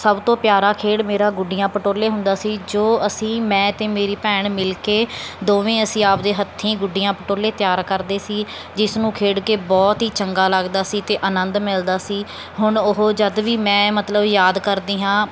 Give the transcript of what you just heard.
ਸਭ ਤੋਂ ਪਿਆਰਾ ਖੇਡ ਮੇਰਾ ਗੁੱਡੀਆਂ ਪਟੋਲੇ ਹੁੰਦਾ ਸੀ ਜੋ ਅਸੀਂ ਮੈਂ ਅਤੇ ਮੇਰੀ ਭੈਣ ਮਿਲ ਕੇ ਦੋਵੇਂ ਅਸੀਂ ਆਪ ਦੇ ਹੱਥੀ ਗੁੱਡੀਆਂ ਪਟੋਲੇ ਤਿਆਰ ਕਰਦੇ ਸੀ ਜਿਸ ਨੂੰ ਖੇਡ ਕੇ ਬਹੁਤ ਹੀ ਚੰਗਾ ਲੱਗਦਾ ਸੀ ਅਤੇ ਆਨੰਦ ਮਿਲਦਾ ਸੀ ਹੁਣ ਉਹ ਜਦੋਂ ਵੀ ਮੈਂ ਮਤਲਬ ਯਾਦ ਕਰਦੀ ਹਾਂ